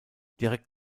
direkt